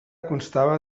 constava